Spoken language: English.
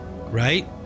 right